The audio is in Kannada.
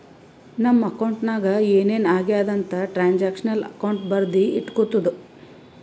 ನಮ್ ಅಕೌಂಟ್ ನಾಗ್ ಏನ್ ಏನ್ ಆಗ್ಯಾದ ಅಂತ್ ಟ್ರಾನ್ಸ್ಅಕ್ಷನಲ್ ಅಕೌಂಟ್ ಬರ್ದಿ ಇಟ್ಗೋತುದ